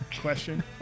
question